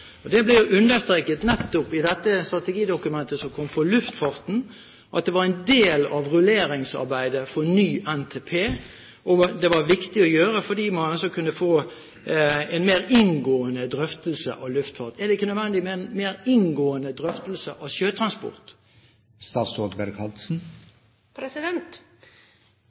transportplan? Det ble understreket nettopp i det strategidokumentet som kom for luftfarten, at det var en del av rulleringsarbeidet for ny NTP, og at det var viktig å gjøre, fordi man altså kunne få en mer inngående drøftelse av luftfart. Er det ikke nødvendig med en mer inngående drøftelse av sjøtransport?